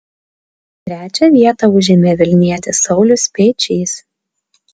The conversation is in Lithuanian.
trečią vietą užėmė vilnietis saulius speičys